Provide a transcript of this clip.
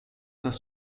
das